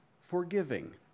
forgiving